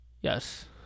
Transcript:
Yes